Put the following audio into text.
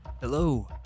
Hello